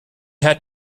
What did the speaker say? had